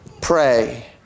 pray